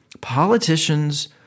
politicians